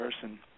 person